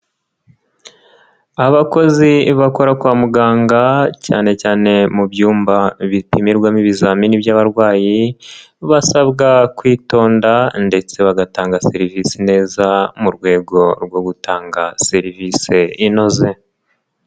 Abakozi bakora kwa muganga cyane cyane mu byumba bipimirwamo ibizamini by'abarwayi, basabwa kwitonda ndetse bagatanga serivisi neza mu rwego rwo gutanga serivisi inoze.